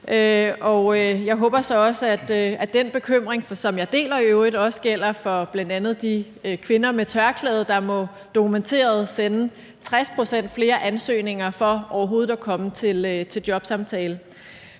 Jeg håber så også, at den bekymring, som jeg i øvrigt deler, også gælder for bl.a. de kvinder med tørklæde, der dokumenteret må sende 60 pct. flere ansøgninger for overhovedet at komme til jobsamtale.